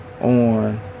on